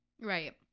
Right